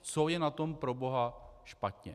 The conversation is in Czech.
Co je na tom proboha špatně?